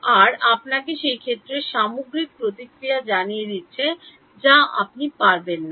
RR আপনাকে সেই ক্ষেত্রটির সামগ্রীর প্রতিক্রিয়া জানিয়ে দিচ্ছেন যা আপনি পারবেন না